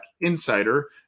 insider